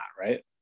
right